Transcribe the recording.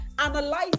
analyze